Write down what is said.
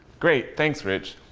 great, thanks rich.